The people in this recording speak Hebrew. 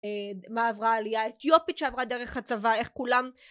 מה עברה העלייה האתיופית שעברה דרך הצבא איך כולם